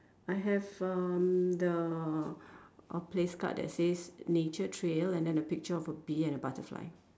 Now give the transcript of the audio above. I have um the a place card that says nature trail and then a picture of bee and a butterfly